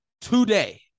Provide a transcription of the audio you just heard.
today